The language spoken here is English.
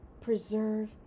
preserve